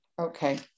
Okay